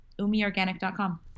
umiorganic.com